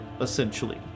essentially